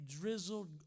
drizzled